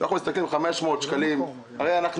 אנחנו מסתכלים על 500 שקלים הרי אנחנו